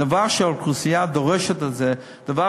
דבר